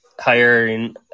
hiring